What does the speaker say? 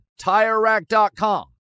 TireRack.com